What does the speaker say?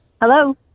hello